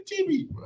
TV